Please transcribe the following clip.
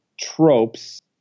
tropes